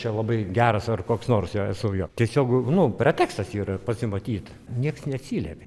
čia labai geras ar koks nors jau esu jo tiesiog nu pretekstas yra pasimatyt niekas neatsiliepė